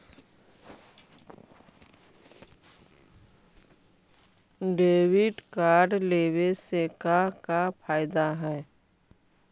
Debit card लेवे से का का फायदा है?